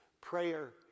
Prayer